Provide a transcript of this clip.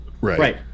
Right